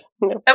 No